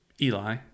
Eli